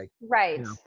Right